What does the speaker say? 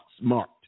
marked